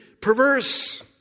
perverse